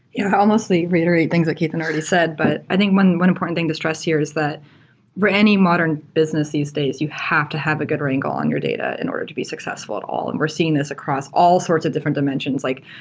yeah. i'll mostly reiterate things that ketan already said, but i think one one important thing to distress here is that for any modern business these days, you have to have a good wrangle on your data in order to be successful at all and we're seeing this across all sorts of different dimensions like,